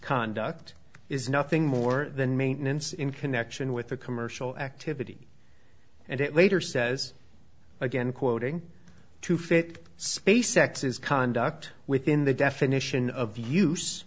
conduct is nothing more than maintenance in connection with a commercial activity and it later says again quoting to fit the space x s conduct within the definition of use